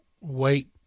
wait